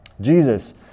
Jesus